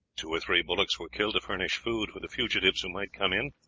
two or three bullocks were killed to furnish food for the fugitives who might come in,